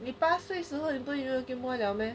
你八岁时你不会用 gameboy liao meh